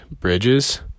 bridges